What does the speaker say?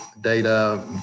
data